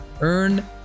Earn